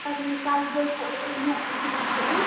আপনি কাল বৈকালে ওই এসে দেখা করুন